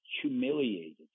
humiliated